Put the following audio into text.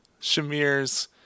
Shamir's